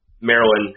Maryland